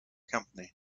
company